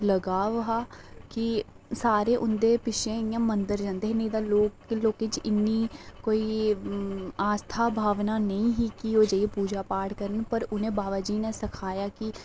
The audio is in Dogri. लगाव हा कि सारे उं'दे पिच्छे इ'यां मदंर जंदे हे नेईं तां लोकें च इन्नी आस्था भावना नेईं ही कि ओह् जाइयै पूजापाठ करन पर उ'नें बाबा जी ने सखाया कि